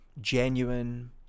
Genuine